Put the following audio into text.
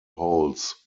holds